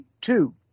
Two